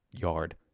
yard